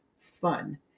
fun